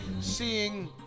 seeing